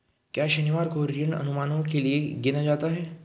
क्या शनिवार को ऋण अनुमानों के लिए गिना जाता है?